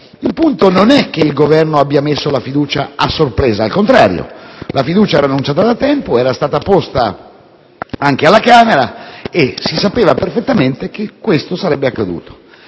il punto non è che il Governo abbia posto la fiducia a sorpresa, ma il contrario: la fiducia era annunciata da tempo, era stata posta anche alla Camera, quindi si sapeva perfettamente che questo sarebbe accaduto.